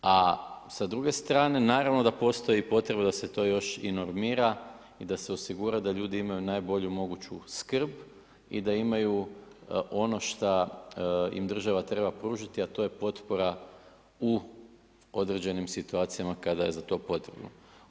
A sa druge strane naravno da postoji potreba da se to još i normira i da se osigura da ljudi imaju najbolju moguću skrb i da imaju ono šta im država treba pružiti, a to je potpora u određenim situacijama kada je za to potrebno.